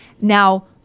now